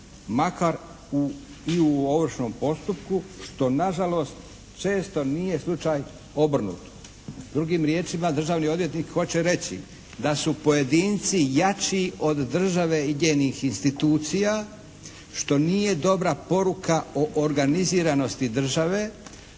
makar i u ovršnom postupku što na žalost često nije slučaj obrnuto." Drugim riječima državni odvjetnik hoće reći da su pojedinci jači od države i njenih institucija što nije dobra poruka o organiziranosti države,